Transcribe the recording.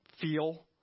feel